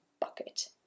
bucket